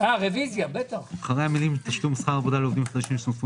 לכן לאחר המילים "תשלום שכר עבודה לעובדים חדשים שנוספו